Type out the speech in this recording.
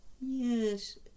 Yes